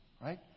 Right